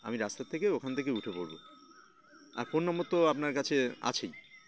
আমি রাস্তার থেকে ওখান থেকে উঠে পড়বো আর ফোন নম্বর তো আপনার কাছে আছেই